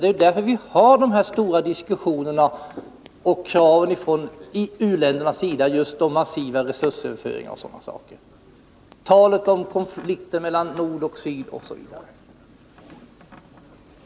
Det är anledningen till dessa stora diskussioner, till kraven från u-länderna på massiva resursöverföringar, till talet om konflikter mellan nord och syd osv.